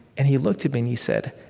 and he looked at me, and he said,